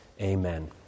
Amen